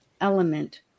element